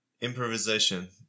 Improvisation